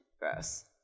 gross